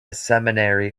seminary